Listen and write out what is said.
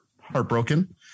heartbroken